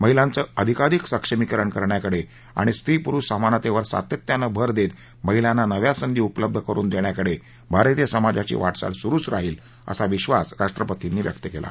महिलांचं अधिकाधिक सक्षमीकरण करण्याकडे आणि स्त्रीपुरुष समानतेवर सातत्यानं भर देत महिलांना नव्या संधी उपलब्ध करून देण्याकडे भारतीय समाजाची वाटचाल सुरूच राहील असा विश्वास राष्ट्रपर्तींनी व्यक्त केला आहे